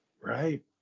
right